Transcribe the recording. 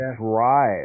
drive